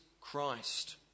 Christ